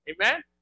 Amen